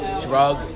drug